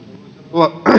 rouva